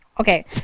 Okay